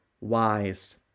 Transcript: wise